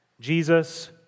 Jesus